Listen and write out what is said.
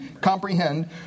comprehend